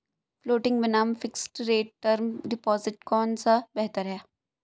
Floating बनाम fixed rate term deposit कौन सा बेहतर है?